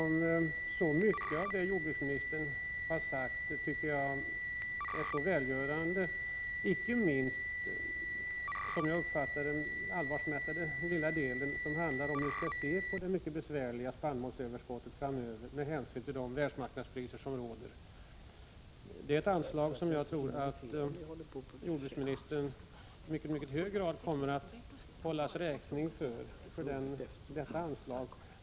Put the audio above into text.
Mycket av det som jordbruksministern har sagt är välgörande, icke minst den allvarsmättade delen som handlade om hur vi skall se på det mycket besvärliga spannmålsöverskottet framöver, med hänsyn till de världsmark nadspriser som råder. Jag tror att jordbruksministern i mycket hög grad kommer att hållas räkning för detta anslag.